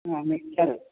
mixture